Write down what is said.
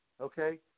Okay